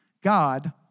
God